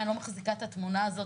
אני מחזיקה את התמונה הזאת.